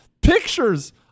pictures